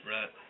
Right